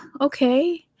okay